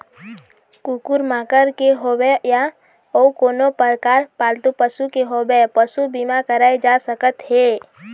कुकुर माकर के होवय या अउ कोनो परकार पालतू पशु के होवय पसू बीमा कराए जा सकत हे